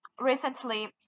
recently